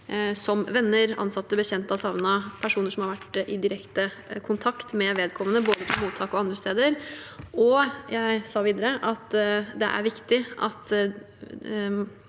som venner, ansatte og bekjente av savnet, personer som har vært i direkte kontakt med vedkommende, både på mottak og andre steder. Jeg sa videre at det er viktig at